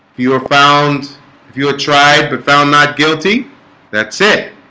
you were found if you're tried, but found not guilty that's it